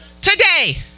Today